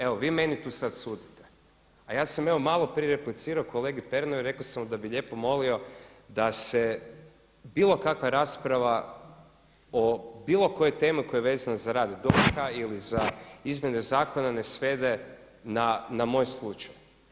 Evo vi meni tu sada sudite, a ja sam malo prije replicirao kolegi Pernaru i rekao sam mu da bi lijepo molio da se bilo kakva rasprava o bilo kojoj temi koja je vezana za rad DORH-a ili izmjene zakona ne svede na moj slučaj.